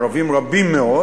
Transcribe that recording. ערבים רבים מאוד,